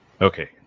Okay